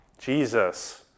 Jesus